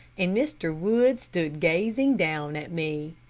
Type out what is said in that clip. and mr. wood stood gazing down at me.